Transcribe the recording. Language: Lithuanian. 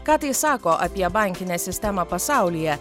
ką tai sako apie bankinę sistemą pasaulyje